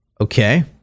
okay